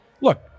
look